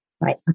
right